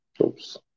Oops